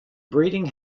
breeding